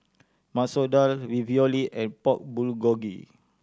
Masoor Dal Ravioli and Pork Bulgogi